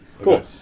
Cool